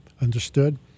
Understood